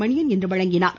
மணியன் இன்று வழங்கினார்